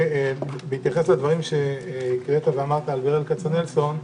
בהתייחס לדברים שהקראת ואמרת על ברל כצנלסון,